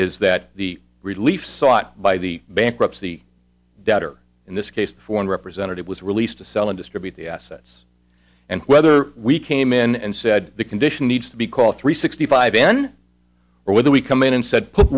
is that the relief sought by the bankruptcy debtor in this case the former representative was released to sell and distribute the assets and whether we came in and said the condition needs to be call three sixty five n or whether we come in and said put